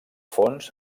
fons